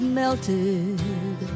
melted